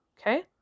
Okay